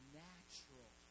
natural